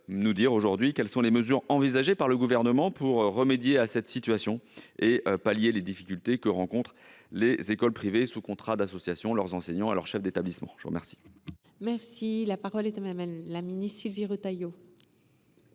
Madame la ministre, quelles sont les mesures envisagées par le Gouvernement pour remédier à cette situation et pallier les difficultés que rencontrent les écoles privées sous contrat d'association, leurs enseignants et leurs chefs d'établissement ? La parole est à Mme la ministre. Monsieur le